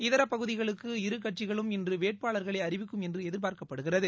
இதர தொகுதிகளுக்கு இரு கட்சிகளும் இன்று வேட்பாளர்களை அறிவிக்கும் என்று எதிர்பார்க்கப்படுகிறது